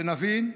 שנבין,